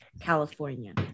California